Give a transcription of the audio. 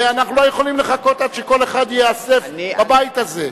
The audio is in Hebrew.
ואנחנו לא יכולים לחכות עד שכל אחד ייאסף בבית הזה.